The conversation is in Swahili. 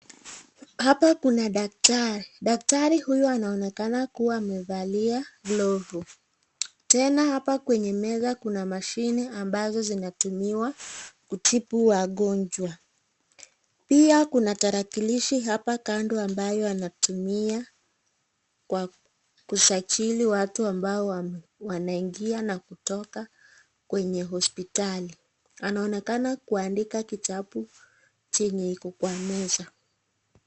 Hapa Kuna daktari. Daktari huyu anaonekana kuwa amevalia glovu. Tena apa kwenye meza Kuna mashine ambazo zinatumiwa kutibu wagonjwa .Pia kuna tarakilishi hapa kando ambayo anatumia Kwa kusajili watu ambao wanaingia na kutoka kwenye hospitali . Anaonekana kuandika kitabu chenye Iko Kwa meza.